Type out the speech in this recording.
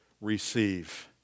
receive